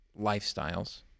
lifestyles